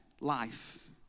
life